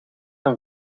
een